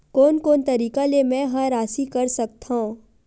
कोन कोन तरीका ले मै ह राशि कर सकथव?